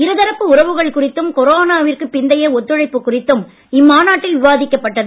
இருதரப்பு உறவுகள் குறித்தும் கொரோனாவிற்கு பிந்தைய ஒத்துழைப்பு குறித்தும் இம்மாநாட்டில் விவாதிக்கப் பட்டது